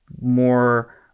more